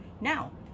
now